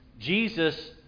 Jesus